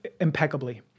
impeccably